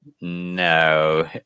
No